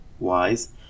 wise